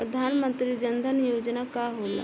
प्रधानमंत्री जन धन योजना का होला?